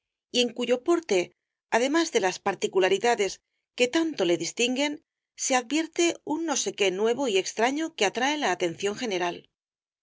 y en cuyo porte además de las particularidades que tanto le el caballero de las botas azules distinguen se advierte un no sé qué nuevo y extraño que atrae la atención general